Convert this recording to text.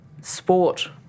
sport